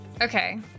Okay